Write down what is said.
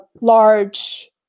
large